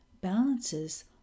balances